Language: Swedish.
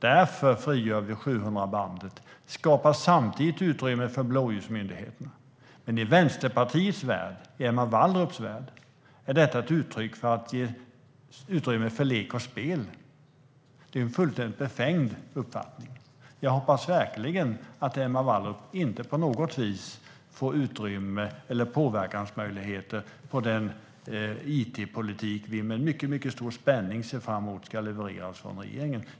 Därför frigör vi 700-bandet och skapar samtidigt utrymme för blåljusmyndigheterna. Men i Vänsterpartiets och Emma Wallrups värld är detta ett uttryck för att ge utrymme för lek och spel. Det är en fullständigt befängd uppfattning. Jag hoppas verkligen att Emma Wallrup inte på något vis ges utrymme i eller påverkansmöjligheter på den it-politik som vi med mycket stor spänning ser fram emot och som ska levereras från regeringen.